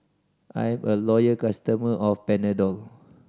I'm a loyal customer of Panadol